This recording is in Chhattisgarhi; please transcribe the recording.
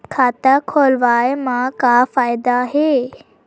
खाता खोलवाए मा का फायदा हे